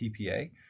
TPA